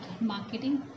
marketing